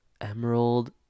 Emerald